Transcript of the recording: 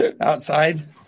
Outside